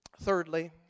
Thirdly